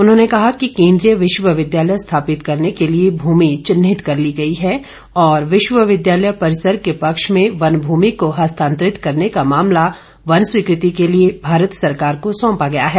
उन्होंने कहा कि केन्द्रीय विश्वविद्यालय स्थापित करने के लिए भूमि चिन्हित कर ली गई है और विश्वविद्यालय परिसर के पक्ष में वन भूमि को हस्तांतरित करने का मामला वन स्वीकृति के लिए भारत सरकार को सौंपा गया है